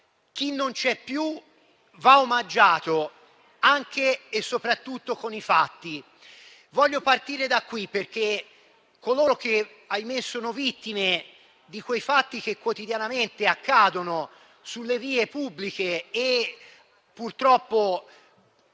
chi non c'è più va omaggiato anche e soprattutto con i fatti. Voglio partire da qui, da coloro che - ahimè - sono vittime di quei fatti che quotidianamente accadono sulle vie pubbliche e che purtroppo